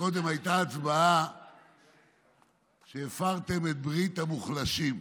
שקודם הייתה הצבעה שבה הפרתם את ברית המוחלשים.